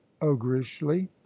ogreishly